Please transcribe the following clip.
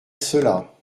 cela